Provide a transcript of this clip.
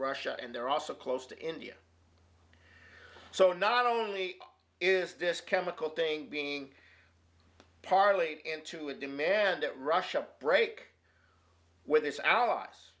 russia and they're also close to india so not only is this chemical thing being parlayed into a demand that russia break with its allies